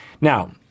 Now